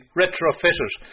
retrofitted